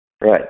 Right